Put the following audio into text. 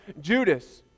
Judas